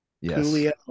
Yes